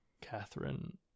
Catherine